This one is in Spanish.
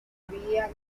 había